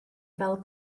fel